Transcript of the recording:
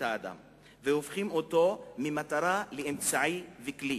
האדם והופכים אותו ממטרה לאמצעי ולכלי.